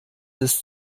des